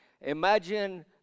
Imagine